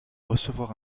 recevoir